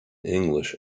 english